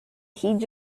heed